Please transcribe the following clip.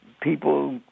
people